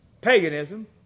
paganism